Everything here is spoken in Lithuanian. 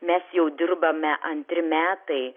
mes jau dirbame antri metai